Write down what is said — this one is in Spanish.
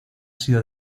sido